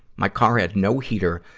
my car had no heater,